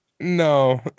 No